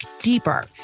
deeper